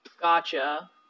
Gotcha